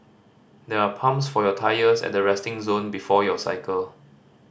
there are pumps for your tyres at the resting zone before you cycle